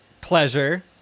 pleasure